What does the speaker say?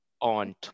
on